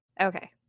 Okay